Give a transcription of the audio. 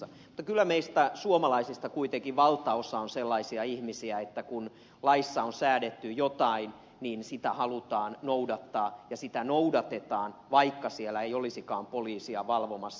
mutta kyllä meistä suomalaisista kuitenkin valtaosa on sellaisia ihmisiä että kun laissa on säädetty jotain niin sitä halutaan noudattaa ja sitä noudatetaan vaikka siellä ei olisikaan poliisia valvomassa